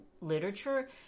literature